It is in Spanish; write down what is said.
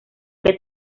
que